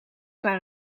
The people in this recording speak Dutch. maar